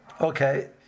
Okay